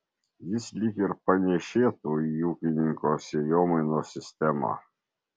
jis lyg ir panėšėtų į ūkininko sėjomainos sistemą